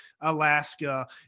Alaska